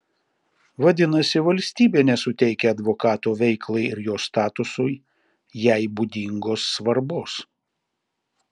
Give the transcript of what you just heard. vadinasi valstybė nesuteikia advokato veiklai ir jo statusui jai būdingos svarbos